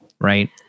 right